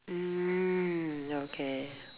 mm okay